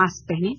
mask पहनें